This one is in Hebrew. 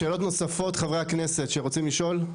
שאלות נוספות, חברי הכנסת, שרוצים לשאול?